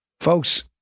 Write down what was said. Folks